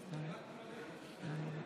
הצעת חוק מסגרת התקציב בקריאה ראשונה,